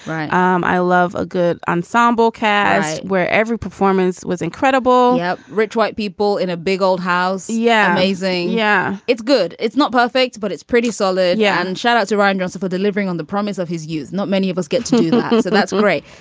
um i love a good ensemble cast where every performance was incredible rich white people in a big old house. yeah. amazing. yeah, it's good. it's not perfect, but it's pretty solid. yeah. and shout out to ryan jones for delivering on the promise of his youth. not many of us get to that's all right.